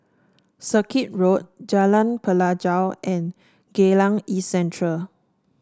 Circuit Road Jalan Pelajau and Geylang East Central